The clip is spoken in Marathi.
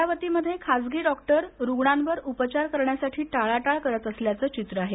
अमरावतीमध्ये खासगी डॉक्टर रुग्णांवर उपचार करण्यासाठी टाळाटाळ करत असल्याचं चित्र आहे